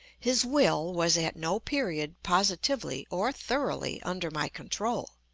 his will was at no period positively, or thoroughly, under my control,